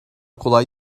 kolay